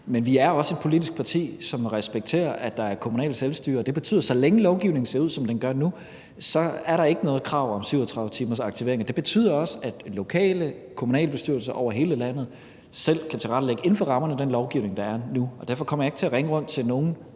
Men vi er også et politisk parti, som respekterer, at der er kommunalt selvstyre, og det betyder, at så længe lovgivningen ser ud, som den gør nu, er der ikke noget krav om 37-timers aktivering. Det betyder også, at lokale kommunalbestyrelser over hele landet selv kan tilrettelægge inden for rammerne af den lovgivning, der er nu. Og derfor kommer jeg ikke til at ringe rundt til nogen,